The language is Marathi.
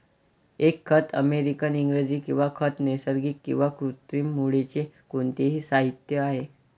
एक खत अमेरिकन इंग्रजी किंवा खत नैसर्गिक किंवा कृत्रिम मूळचे कोणतेही साहित्य आहे